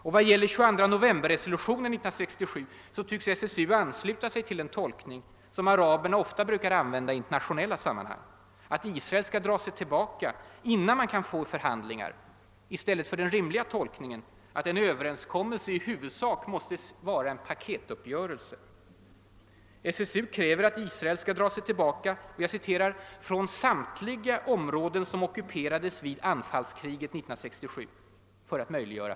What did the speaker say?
När det gäller 22-novemberresolutionen av 1967 tycks SSU ansluta sig till den tolkning som araberna ofta använder i internationella sammanhang, nämligen att Israel skall dra sig tillbaka innan man får till stånd förhandlingar — i stället för den rimliga tolkningen att en överenskommelse i huvudsak måste vara en paketuppgörelse. SSU kräver att Israel för att möjliggöra förhandlingar skall dra sig tillbaka »från samtliga områden som ockuperades vid <anfallskriget 1967».